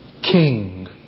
King